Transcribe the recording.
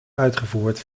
uitgevoerd